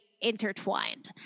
intertwined